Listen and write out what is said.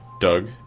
Doug